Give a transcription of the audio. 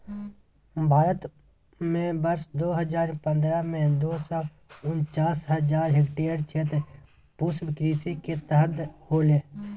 भारत में वर्ष दो हजार पंद्रह में, दो सौ उनचास हजार हेक्टयेर क्षेत्र पुष्पकृषि के तहत होले